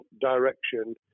direction